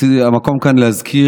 רציתי להזכיר, וזה המקום כאן להזכיר,